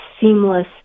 seamless